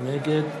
נגד